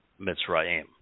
Mitzrayim